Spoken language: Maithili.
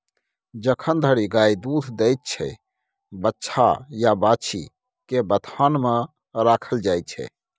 जखन धरि गाय दुध दैत छै बछ्छा या बाछी केँ बथान मे राखल जाइ छै